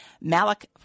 Malik